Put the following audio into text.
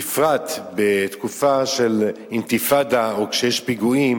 בפרט בתקופה של אינתיפאדה או כשיש פיגועים,